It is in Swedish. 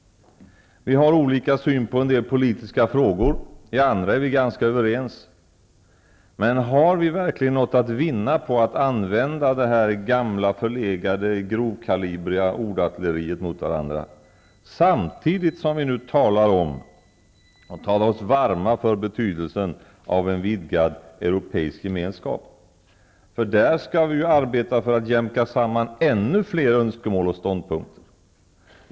Vi har olika syn på en del politiska frågor. I andra frågor är vi ganska överens. Men har vi verkligen något att vinna på att använda det här gamla förlegade grovkalibriga ordartilleriet mot varandra, samtidigt som vi talar oss varma för betydelsen av en vidgad europeisk gemenskap? Där skall vi ju arbeta för att jämka samman ännu fler önskemål och ståndpunkter.